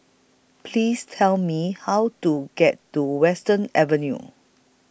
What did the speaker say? Please Tell Me How to get to Western Avenue